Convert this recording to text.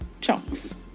chunks